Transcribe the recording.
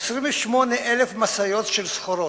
28,000 משאיות של סחורות.